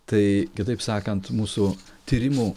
tai kitaip sakant mūsų tyrimų